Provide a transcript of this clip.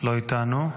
לא איתנו.